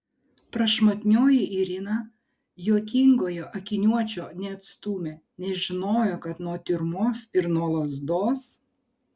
prašmatnioji irina juokingojo akiniuočio neatstūmė nes žinojo kad nuo tiurmos ir nuo lazdos